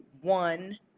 one